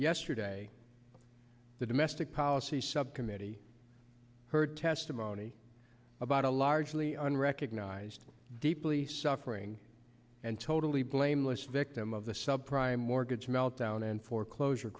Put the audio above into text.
yesterday the domestic policy subcommittee heard testimony about a largely unrecognized deeply suffering and totally blameless victim of the sub prime mortgage meltdown and foreclosure